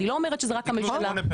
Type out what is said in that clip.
אני לא אומרת שזה רק הממשלה הנוכחית.